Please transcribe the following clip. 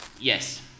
Yes